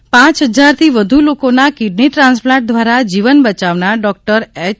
ત્રિવેદી પાંચ હજારથી વધુ લોકોના કીડની ટ્રાન્સપ્લાન્ટ દ્વારા જીવન બચાવનાર ડોકટર એય